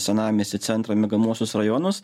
senamiestį centrą miegamuosius rajonus